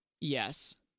Yes